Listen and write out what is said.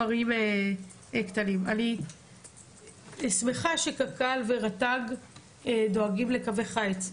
אני שמחה שקק"ל ורט"ג דואגים לקווי חיץ.